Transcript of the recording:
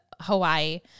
Hawaii